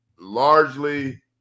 largely